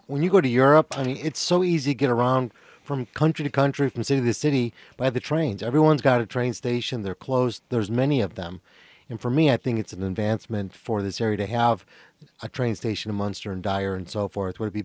when you go to europe i mean it's so easy going around from country to country from city to city by the trains everyone's got a train station they're closed there's many of them in for me i think it's an advancement for this area to have a train station in munster and dyer and so forth would be be